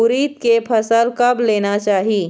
उरीद के फसल कब लेना चाही?